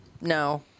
No